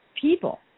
people